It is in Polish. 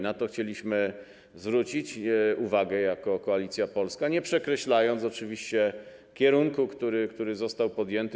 Na to chcieliśmy zwrócić uwagę jako Koalicja Polska, nie przekreślając oczywiście kierunku, który został podjęty.